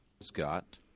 Scott